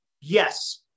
Yes